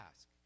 ask